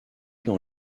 dans